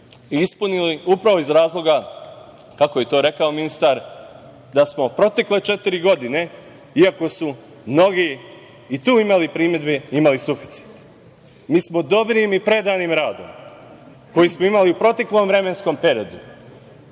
ispunili, upravo iz razloga, kako je to rekao ministar, da smo protekle četiri godine, iako su mnogi i tu imali primedbi, imali suficit. Mi smo dobrim i predanim radom koji smo imali u proteklom vremenskom periodu,